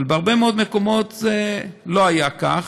אבל בהרבה מאוד מקומות זה לא היה כך.